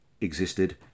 existed